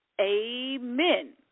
amen